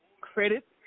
credit